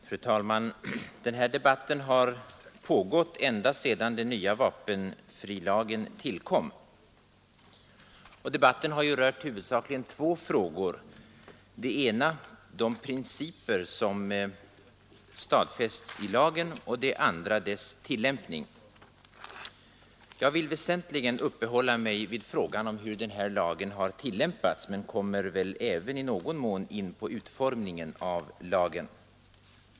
Fru talman! Den här debatten har pågått ända sedan den nya vapenfrilagen tillkom, och den har rört huvudsakligen två frågor. Den ena gäller de principer som stadfästs i lagen och den andra dess tillämpning. Jag vill väsentligen uppehålla mig vid frågan om hur den här lagen har tillämpats, men kommer väl även i någon mån in på utformningen av lagen.